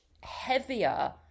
heavier